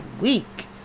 week